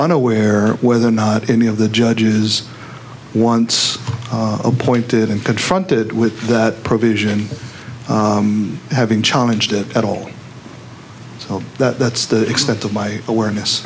unaware whether or not any of the judges once appointed and confronted with that provision having challenged it at all that's the extent of my awareness